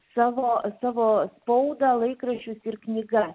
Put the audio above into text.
savo savo spaudą laikraščius ir knygas